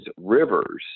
rivers